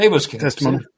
testimony